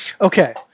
Okay